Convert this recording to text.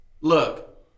Look